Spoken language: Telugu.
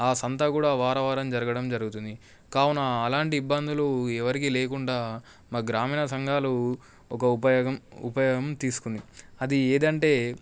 ఆ సంత కూడా వారం వారం జరగడం జరుగుతుంది కావున అలాంటి ఇబ్బందులు ఎవరికి లేకుండా మా గ్రామీణ సంఘాలు ఒక ఉపయోగం ఉపాయం తీసుకుంది అది ఏదంటే